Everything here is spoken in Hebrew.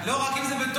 לא, רק אם זה בתוקף.